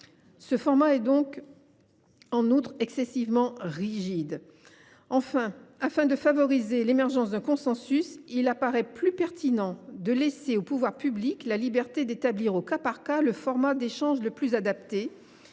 Ce format est en outre excessivement rigide. Afin de favoriser l’émergence d’un consensus, il apparaît plus pertinent de laisser aux pouvoirs publics la liberté d’établir au cas par cas le format d’échange le plus adapté,